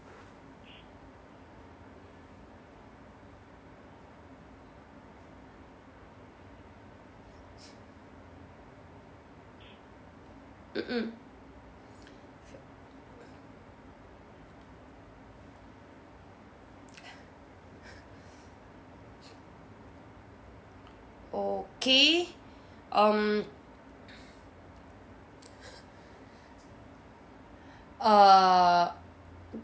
mmhmm okay um err